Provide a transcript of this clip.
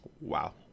Wow